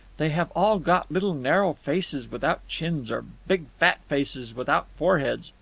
they have all got little, narrow faces without chins or big, fat faces without foreheads.